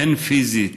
הן פיזית